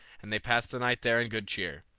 and they passed the night there in good cheer.